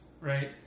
right